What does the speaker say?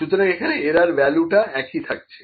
সুতরাং এখানে এরার ভ্যালুটা একই থাকছে